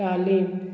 टाळी